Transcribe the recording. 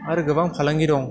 आरो गोबां फालांगि दं